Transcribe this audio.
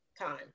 time